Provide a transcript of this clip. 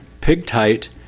pig-tight